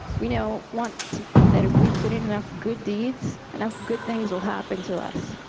we you know want to think that if we put in enough good deeds, enough good things will happen to us.